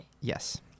Yes